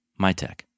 MyTech